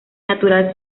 natural